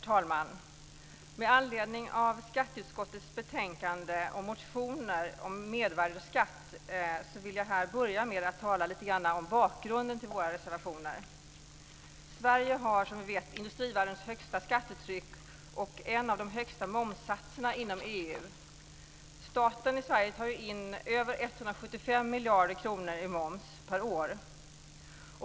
Herr talman! Med anledning av skatteutskottets betänkande och motioner om mervärdesskatt vill jag börja med att tala lite grann om bakgrunden till våra reservationer. Sverige har som bekant industrivärldens högsta skattetryck och en av de högsta momssatserna inom EU. Staten tar in över 175 miljarder kronor i moms per år.